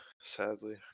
sadly